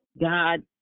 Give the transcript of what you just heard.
God